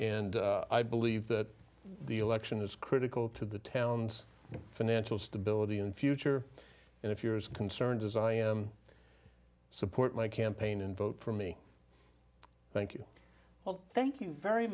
and i believe that the election is critical to the town's financial stability and future and if you're as concerned as i am i support my campaign and vote for me thank you thank you very